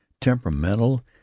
temperamental